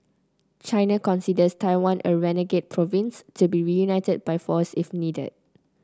China considers Taiwan a renegade province to be reunited by force if needed